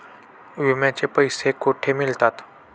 विम्याचे पैसे कुठे मिळतात?